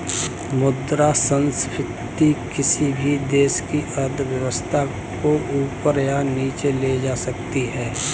मुद्रा संस्फिति किसी भी देश की अर्थव्यवस्था को ऊपर या नीचे ले जा सकती है